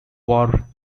war